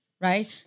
right